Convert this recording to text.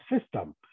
system